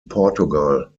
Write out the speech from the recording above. portugal